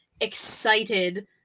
excited